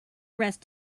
rest